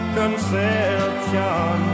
conception